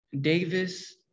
Davis